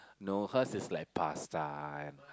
no her is like pasta and